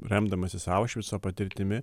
remdamasis aušvico patirtimi